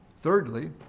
Thirdly